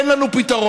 אין לנו פתרון.